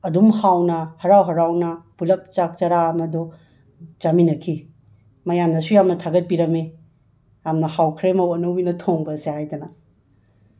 ꯑꯗꯨꯝ ꯍꯥꯎꯅ ꯍꯔꯥꯎ ꯍꯔꯥꯎꯅ ꯄꯨꯜꯂꯞ ꯆꯥꯛ ꯆꯔꯥ ꯑꯃꯗꯣ ꯆꯥꯃꯤꯟꯅꯈꯤ ꯃꯌꯥꯝꯅꯁꯨ ꯌꯥꯝꯅ ꯊꯥꯒꯠꯄꯤꯔꯝꯃꯤ ꯌꯥꯝꯅ ꯌꯥꯎꯈ꯭ꯔꯦ ꯃꯧ ꯑꯅꯧꯕꯤꯅ ꯊꯣꯡꯕꯁꯦ ꯍꯥꯏꯗꯅ